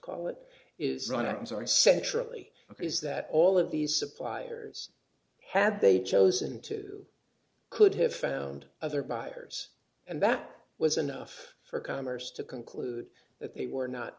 call it is run ins are essentially ok is that all of these suppliers had they chosen to could have found other buyers and that was enough for commerce to conclude that they were not